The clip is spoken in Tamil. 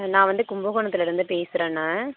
நான் வந்து கும்பகோணத்திலேருந்து பேசுறேண்ணா